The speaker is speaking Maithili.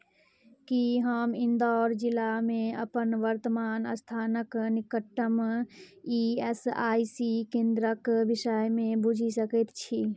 की हम इन्दौर जिलामे अपन वर्तमान स्थानक निकटतम ई एस आइ सी केन्द्रक विषयमे बूझि सकैत छी